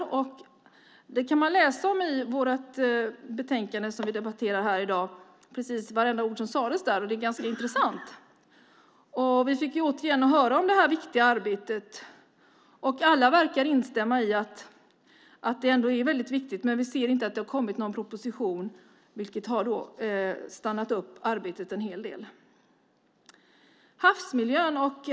Man kan läsa precis vartenda ord som sades där i vårt betänkande som vi debatterar här i dag. Det är ganska intressant. Vi fick återigen höra om det viktiga arbetet. Alla verkar instämma i att det ändå är väldigt viktigt. Men vi ser inte att det kommit någon proposition, vilket har stannat upp arbetet en hel del.